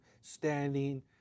standing